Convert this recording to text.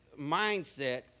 mindset